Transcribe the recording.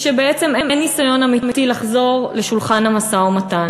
שבעצם אין ניסיון אמיתי לחזור לשולחן המשא-ומתן.